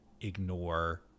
ignore